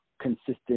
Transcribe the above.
consistent